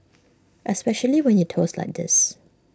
especially when you toss like this